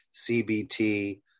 CBT